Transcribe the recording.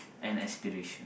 and aspiration